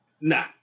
Nah